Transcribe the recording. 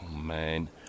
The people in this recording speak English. man